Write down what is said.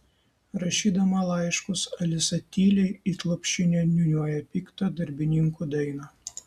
rašydama laiškus alisa tyliai it lopšinę niūniuoja piktą darbininkų dainą